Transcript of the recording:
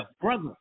brother